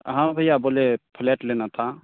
हाँ भइया बोले फ्लेट लेना था